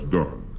done